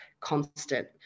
constant